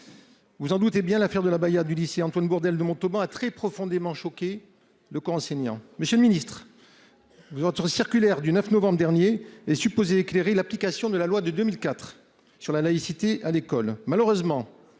vous en doutez bien, l'affaire du lycée Antoine Bourdelle de Montauban a très profondément choqué le corps enseignant. Monsieur le ministre, votre circulaire du 9 novembre dernier est supposée éclairer l'application de la loi de 2004 sur la laïcité à l'école.